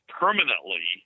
permanently